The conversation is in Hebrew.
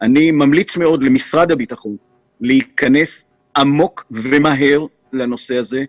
אני ממליץ מאוד למשרד הביטחון להיכנס עמוק ומהר לנושא הזה,